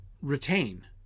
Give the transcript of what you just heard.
retain